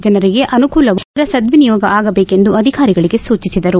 ಜನರಿಗೆ ಅನುಕೂಲವಾಗುವಂತೆ ಇದರ ಸದ್ದಿನಿಯೋಗ ಆಗಬೇಕೆಂದು ಅಧಿಕಾರಿಗಳಿಗೆ ಸೂಚಿಸಿದರು